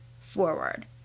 forward